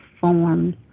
forms